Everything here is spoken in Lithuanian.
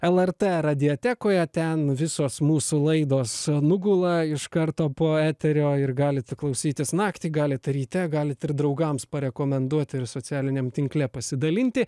el er t radijotekoje ten visos mūsų laidos nugula iš karto po eterio ir galite klausytis naktį galite ryte galit ir draugams parekomenduoti ir socialiniam tinkle pasidalinti